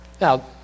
Now